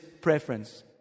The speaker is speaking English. preference